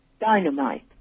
dynamite